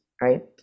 Right